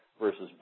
versus